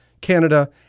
Canada